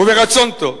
וברצון טוב.